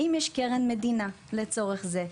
אם יש קרן מדינה לצורך זה,